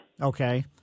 Okay